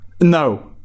No